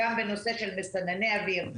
אם בנושא של מסנני אוויר,